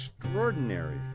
extraordinary